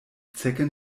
zecken